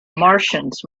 martians